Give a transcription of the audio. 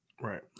Right